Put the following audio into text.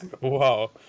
Wow